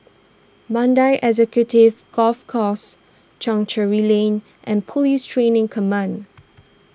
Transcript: Mandai Executive Golf Course Chancery Lane and Police Training Command